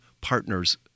partners